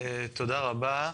תודה רבה.